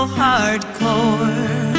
hardcore